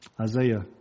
Isaiah